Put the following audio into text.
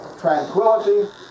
tranquility